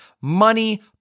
money